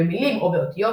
במילים או באותיות,